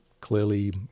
clearly